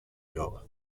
job